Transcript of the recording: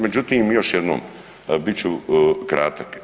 Međutim, još jednom bit ću kratak.